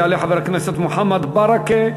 יעלה חבר הכנסת מוחמד ברכה,